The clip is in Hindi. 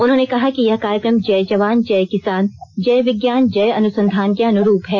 उन्होंने कहा कि यह कार्यक्रम जय जवान जय किसान जय विज्ञान जय अनुसंधान के अनुरूप है